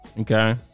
Okay